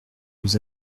nous